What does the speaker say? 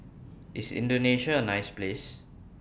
IS Indonesia A nice Place